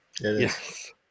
Yes